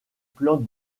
plans